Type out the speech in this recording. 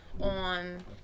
on